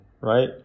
right